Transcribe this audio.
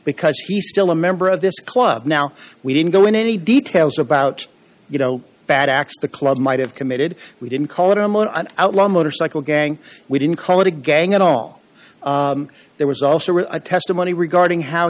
because he's still a member of this club now we didn't go into any details about you know bad acts the club might have committed we didn't call him or an outlaw motorcycle gang we didn't call it a gang at all there was also a testimony regarding how